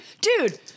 dude